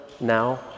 now